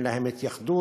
אין להם התייחדות.